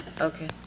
okay